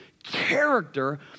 character